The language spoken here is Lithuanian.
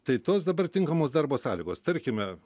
tai tos dabar tinkamos darbo sąlygos tarkime